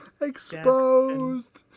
exposed